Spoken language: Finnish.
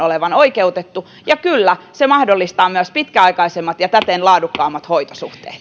katsotaan olevan oikeutettu ja kyllä se mahdollistaa myös pitkäaikaisemmat ja täten laadukkaammat hoitosuhteet